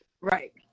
Right